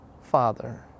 Father